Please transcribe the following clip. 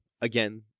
again